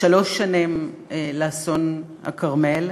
שלוש שנים לאסון הכרמל,